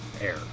air